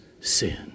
sin